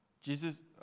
Jesus